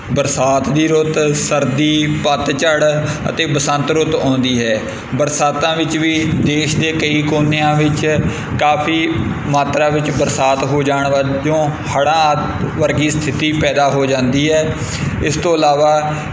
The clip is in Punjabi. ਬਰਸਾਤ ਦੀ ਰੁੱਤ ਸਰਦੀ ਪਤਝੜ ਅਤੇ ਬਸੰਤ ਰੁੱਤ ਆਉਂਦੀ ਹੈ ਬਰਸਾਤਾਂ ਵਿੱਚ ਵੀ ਦੇਸ਼ ਦੇ ਕਈ ਕੋਨਿਆਂ ਵਿੱਚ ਕਾਫ਼ੀ ਮਾਤਰਾ ਵਿੱਚ ਬਰਸਾਤ ਹੋ ਜਾਣ ਵਜੋਂ ਹੜਾਂ ਵਰਗੀ ਸਥਿੱਤੀ ਪੈਦਾ ਹੋ ਜਾਂਦੀ ਹੈ ਇਸ ਤੋਂ ਇਲਾਵਾ